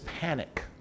panic